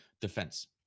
defense